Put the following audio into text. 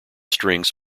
strengths